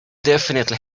definitely